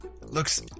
looks